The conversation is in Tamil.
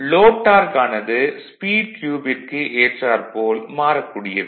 லோட் டார்க் ஆனது ஸ்பீட் க்யூபிற்கு ஏற்றாற்போல் மாறக் கூடியது